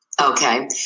Okay